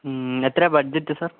എത്രയാ budget sir